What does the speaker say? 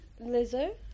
Lizzo